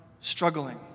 struggling